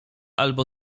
albo